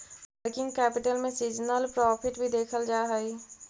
working capital में seasonal profit भी देखल जा हई